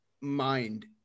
mind